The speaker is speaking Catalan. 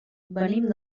venim